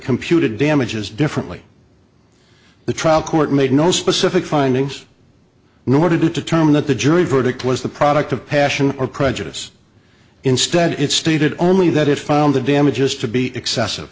computed damages differently the trial court made no specific findings nor did it determine that the jury verdict was the product of passion or prejudice instead it stated only that it found the damages to be excessive